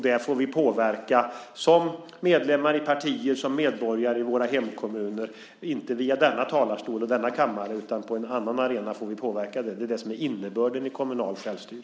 Där får vi påverka som medlemmar i partier, som medborgare i våra hemkommuner. Inte via denna talarstol och denna kammare utan på en annan arena får vi påverka. Det är det som är innebörden i kommunalt självstyre.